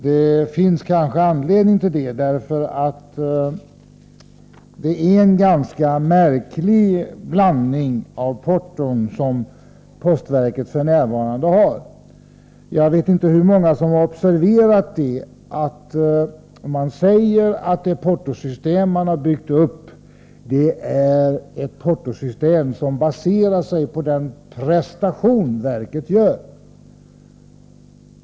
Det finns kanske anledning till det, eftersom det är en ganska märklig blandning av porton som postverket f. n. har. Jag vet inte hur många som har observerat att man säger att det portosystem man har byggt upp är ett portosystem som baserar sig på den prestation verket gör.